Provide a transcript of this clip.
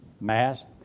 Mass